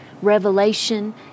revelation